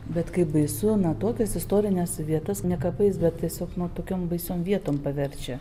bet kaip baisu na tokias istorines vietas ne kapais bet tiesiog nu tokiom baisiom vietom paverčia